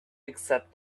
except